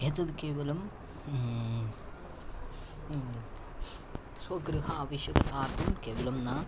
एतद् केवलं स्वगृहे आवश्यकतार्थं केवलं न